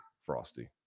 frosty